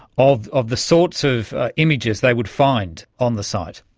of of the sorts of images they would find on the site?